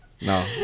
No